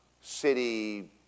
city